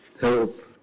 help